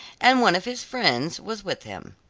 and one of his friends was with him.